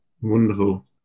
Wonderful